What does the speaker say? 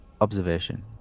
observation